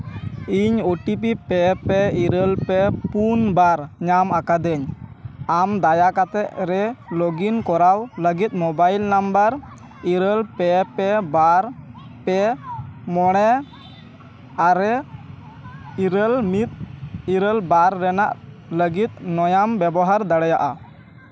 ᱤᱧ ᱳᱴᱤᱯᱤ ᱯᱮ ᱯᱮ ᱤᱨᱟᱹᱞ ᱯᱮ ᱯᱩᱱ ᱵᱟᱨ ᱧᱟᱢ ᱟᱠᱟᱫᱟᱹᱧ ᱟᱢ ᱫᱟᱭᱟ ᱠᱟᱛᱮ ᱨᱮ ᱞᱚᱜᱤᱱ ᱠᱚᱨᱟᱣ ᱞᱟᱹᱜᱤᱫ ᱢᱳᱵᱟᱭᱤᱞ ᱱᱟᱢᱵᱟᱨ ᱤᱨᱟᱹᱞ ᱯᱮ ᱯᱮ ᱵᱟᱨ ᱯᱮ ᱢᱚᱬᱮ ᱟᱨᱮ ᱤᱨᱟᱹᱞ ᱢᱤᱫ ᱤᱨᱟᱹᱞ ᱵᱟᱨ ᱨᱮᱱᱟᱜ ᱞᱟᱹᱜᱤᱫ ᱱᱚᱣᱟᱢ ᱵᱮᱵᱚᱦᱟᱨ ᱫᱟᱲᱮᱭᱟᱜᱼᱟ